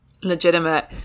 legitimate